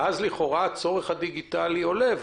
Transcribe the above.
לכאורה הצורך הדיגיטלי עולה --- אתה צודק.